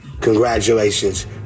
Congratulations